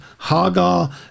Hagar